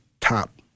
top